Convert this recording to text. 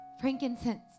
frankincense